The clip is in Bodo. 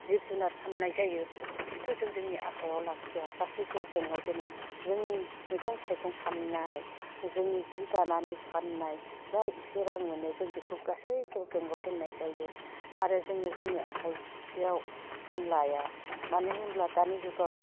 जिब जुनार फाननाय जायो बेफोरखौ जों जोंनि आखाइआव लाखिया गासैखौबो बेंकआव दोनो जोंनि मैगं थाइगं फाननाय जोंनि जि दानानै फाननाय जा एसे रां मोनो जों बेखौ गासैखौ जों बेंकआव दोननाय जायो आरो जोङो जोंनि आखाइयाव जों लाया मानो होनब्ला दानि जुगाव